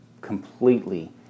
completely